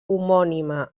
homònima